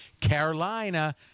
Carolina